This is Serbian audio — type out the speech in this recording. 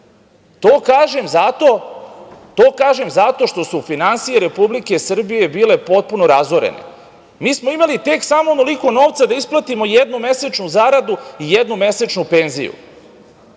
To kažem zato što su finansije Republike Srbije bile potpuno razorene. Mi smo imali tek samo onoliko novca da isplatimo jednu mesečnu zaradu i jednu mesečnu penziju.